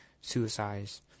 suicides